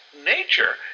nature